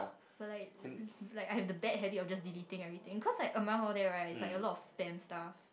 but like like I have the bad habit of just deleting everything cause among all that right is like a lot of spam stuff